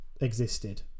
existed